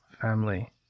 family